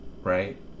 right